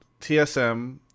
tsm